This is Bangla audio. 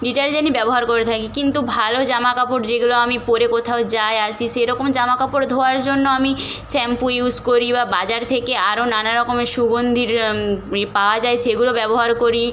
ডিটারজেন্টই ব্যবহার করে থাকি কিন্তু ভালো জামা কাপড় যেগুলো আমি পরে কোথাও যাই আসি সেরকম জামা কাপড় ধোয়ার জন্য আমি শ্যাম্পু ইউজ করি বা বাজার থেকে আরও নানা রকমের সুগন্ধীর এ পাওয়া যায় সেগুলো ব্যবহার করি